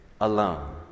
alone